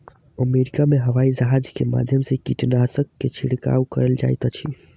America में हवाईजहाज के माध्यम से कीटनाशक के छिड़काव कयल जाइत अछि